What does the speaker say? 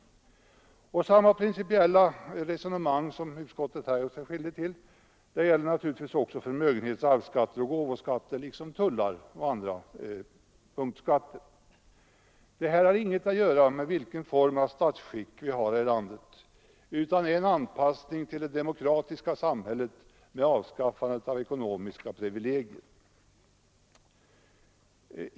Samma principiella resonemang som utskottet här har fört gäller naturligtvis också förmögenhets-, arvsoch gåvoskatter liksom tullar och punktskatter. Det har inget att göra med vilken form av statsskick vi har här i landet utan är en anpassning till det demokratiska samhället med avskaffande av ekonomiska privilegier.